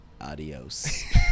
Adios